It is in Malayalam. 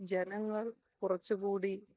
ജനങ്ങൾ കുറച്ചു കൂടി